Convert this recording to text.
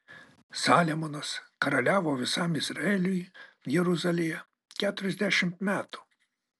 saliamonas karaliavo visam izraeliui jeruzalėje keturiasdešimt metų